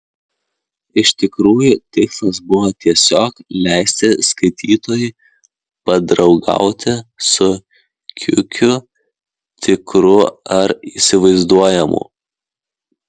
iš tikrųjų tikslas buvo tiesiog leisti skaitytojui padraugauti su kiukiu tikru ar įsivaizduojamu